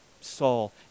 Saul